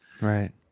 Right